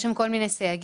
יש שם כל מיני סייגים.